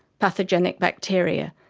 pathogenic bacteria,